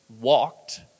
walked